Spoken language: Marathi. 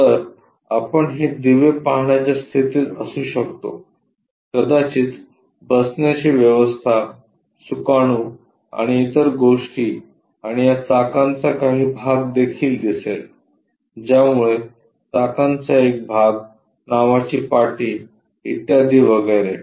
तर आपण हे दिवे पाहण्याच्या स्थितीत असू शकतो कदाचित बसण्याची व्यवस्था सुकाणू आणि इतर गोष्टी आणि या चाकांचा काही भागदेखील दिसेल ज्यामुळे चाकांचा एक भाग नावाची पाटी इत्यादी वगैरे